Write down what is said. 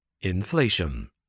Inflation